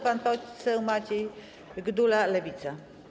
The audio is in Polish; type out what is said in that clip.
Pan poseł Maciej Gdula, Lewica.